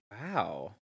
Wow